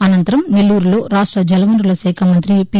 అనంతరం నెల్లూరులో రాష్ట జలవనరుల శాఖ మంత్రి పి